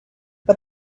but